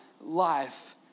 life